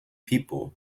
people